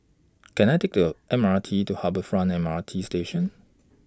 Can I Take The M R T to Harbour Front M R T Station